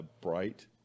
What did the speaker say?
Bright